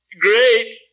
Great